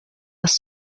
aus